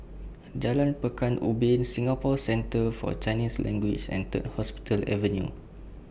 Jalan Pekan Ubin Singapore Centre For Chinese Language and Third Hospital Avenue